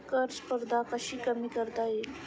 कर स्पर्धा कशी कमी करता येईल?